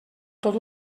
tot